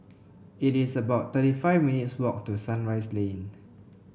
it is about thirty five minutes' walk to Sunrise Lane